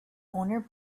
owner